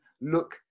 look